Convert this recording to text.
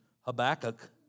Habakkuk